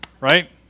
right